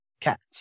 cats